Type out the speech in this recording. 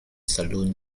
saloon